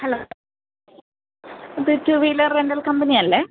hello ഇത് two wheeler rental കമ്പനിയല്ലേ